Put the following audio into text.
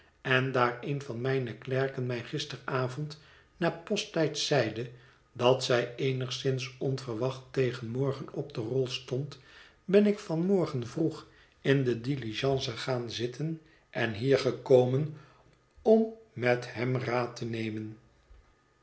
en daar een van mijne klerken mij gisteravond na posttijd zeide dat zij eenigszins onverwacht tegen morgen op de rol stond ben ik van morgen vroeg in de diligence gaan zitten en hier gekomen om met hem raad te nemen